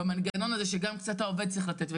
במנגנון הזה שגם קצת העובד צריך לתת.